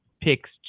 picks